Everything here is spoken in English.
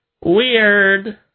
Weird